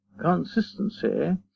consistency